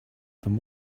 them